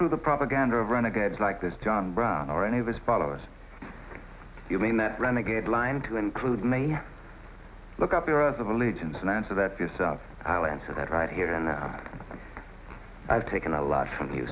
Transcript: through the propaganda of renegades like this john brown or any of his followers you mean that renegade line to include me look up your eyes of allegiance and answer that for yourself i'll answer that right here and i've taken a lot from